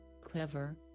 Clever